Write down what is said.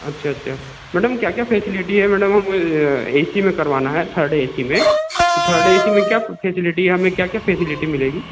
अच्छा अच्छा मैडम क्या क्या फ़ैसिलिटी है मैडम ए सी में करवाना है थर्ड ए सी में तो थर्ड ए सी में क्या फ़ैसिलिटी है हमें क्या क्या फ़ैसिलिटी मिलेगी